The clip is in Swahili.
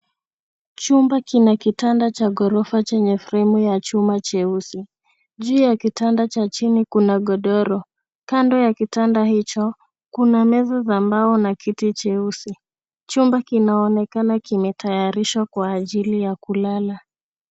Chumba kina kitanda cha ghorofa chenye fremu ya chuma cheusi. Juu ya kitanda cha chini kuna godoro. Kando ya kitanda hicho kuna meza za mbao na kiti cheusi. Chumba kinaonekana kimetayarishwa kwa ajili ya kulala.